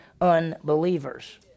unbelievers